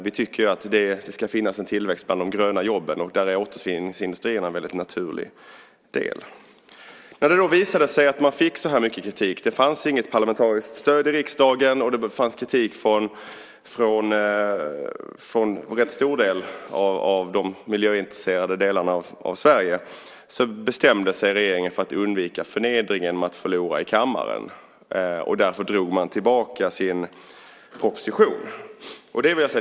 Vi tycker att det ska finnas en tillväxt bland de gröna jobben, och Återvinningsindustrierna är en naturlig del. När det visade sig vara så mycket kritik, det vill säga att det inte fanns något parlamentariskt stöd i riksdagen och kritik från en stor del av de miljöintresserade i Sverige, bestämde sig regeringen för att undvika förnedringen att förlora i kammaren. Därför drog regeringen tillbaka propositionen.